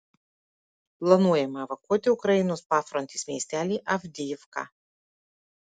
planuojama evakuoti ukrainos pafrontės miestelį avdijivką